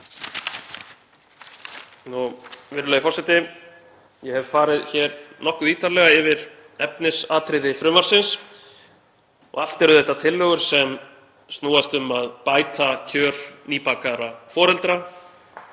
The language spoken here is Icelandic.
Virðulegi forseti. Ég hef farið hér nokkuð ítarlega yfir efnisatriði frumvarpsins. Allt eru þetta tillögur sem snúast um að bæta kjör nýbakaðra foreldra